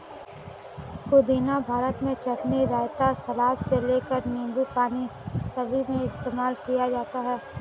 पुदीना भारत में चटनी, रायता, सलाद से लेकर नींबू पानी सभी में इस्तेमाल किया जाता है